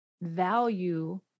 value